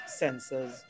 sensors